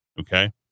Okay